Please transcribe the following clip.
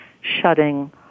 shutting